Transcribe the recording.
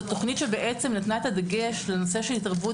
זו תוכנית שבעצם נתנה את הדגש לנושא של התערבות